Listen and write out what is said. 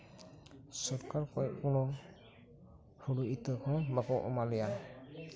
ᱥᱚᱨᱠᱟᱨ ᱠᱷᱚᱡ ᱠᱳᱱᱳ ᱦᱩᱲᱩ ᱤᱛᱟᱹ ᱦᱚᱸ ᱵᱟᱠᱚ ᱮᱢᱟ ᱞᱮᱭᱟ